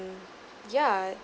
yeah